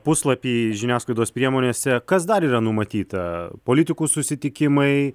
puslapį žiniasklaidos priemonėse kas dar yra numatyta politikų susitikimai